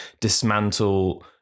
dismantle